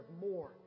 more